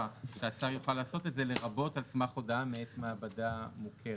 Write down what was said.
שהשר יוכל לעשות את זה לרבות על סמך הודעה מאת מעבדה מוכרת.